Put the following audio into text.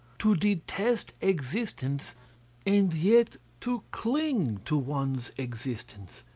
to detest existence and yet to cling to one's existence?